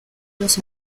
los